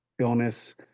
illness